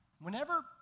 Whenever